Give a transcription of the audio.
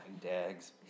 dags